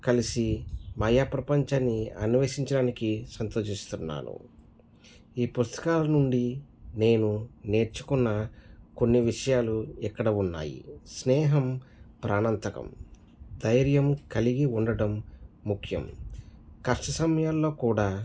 కలిసి మాయ ప్రపంచాన్ని అన్వేషించడానికి సంతోషిస్తున్నాను ఈ పుస్తకాల నుండి నేను నేర్చుకున్న కొన్ని విషయాలు ఇక్కడ ఉన్నాయి స్నేహం ప్రాణాంతకం ధైర్యం కలిగి ఉండటం ముఖ్యం కష్ట సమయాలలో కూడా